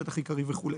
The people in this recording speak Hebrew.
שטח עיקרי וכו'.